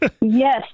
Yes